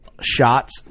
shots